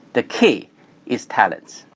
the key is talent.